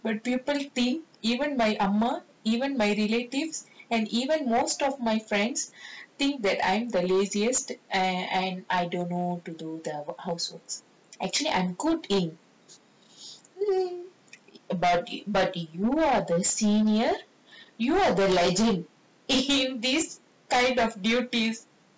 when people think even my அம்மா:amma even my relatives and even most of my friends think that I'm the laziest and I don't know how to do the houseworks actually I'm good okay but but you are the senior you have the legend in this kind of duties